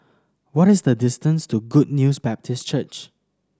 what is the distance to Good News Baptist Church